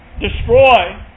destroy